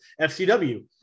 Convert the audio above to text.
FCW